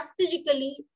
strategically